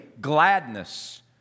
gladness